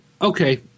Okay